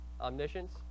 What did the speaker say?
Omniscience